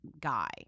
guy